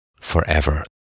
forever